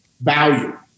value